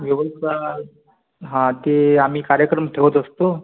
एवढी का हा ते आम्ही कार्यक्रम ठेवत असतो